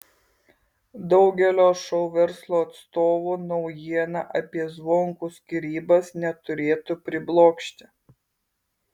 daugelio šou verslo atstovų naujiena apie zvonkų skyrybas neturėtų priblokšti